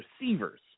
receivers